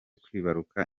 kwibaruka